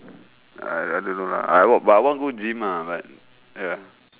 uh I I don't know lah but I want go gym ah but ya